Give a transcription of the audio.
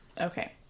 okay